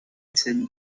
exciting